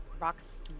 rocks